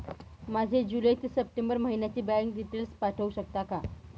माझे जुलै ते सप्टेंबर महिन्याचे बँक डिटेल्स पाठवू शकता का?